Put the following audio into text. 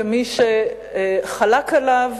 כמי שחלק עליו,